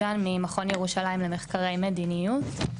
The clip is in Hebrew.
ז'אן ממכון ירושלים למחקרי מדיניות.